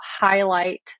highlight